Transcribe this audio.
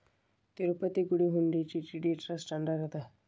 ತಿರುಪತಿ ಗುಡಿ ಹುಂಡಿ TTD trust under ಅದ